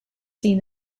seen